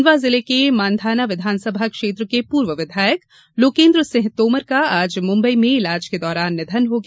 खंडवा जिले के मांधाता विधानसभा क्षेत्र के पूर्व विधायक लोकेन्द्र सिंह तोमर का आज मुम्बई में इलाज के दौरान निधन हो गया